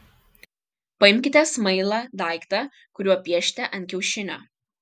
paimkite smailą daiktą kuriuo piešite ant kiaušinio